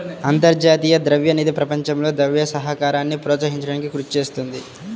అంతర్జాతీయ ద్రవ్య నిధి ప్రపంచంలో ద్రవ్య సహకారాన్ని ప్రోత్సహించడానికి కృషి చేస్తుంది